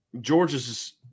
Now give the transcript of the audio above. Georgia's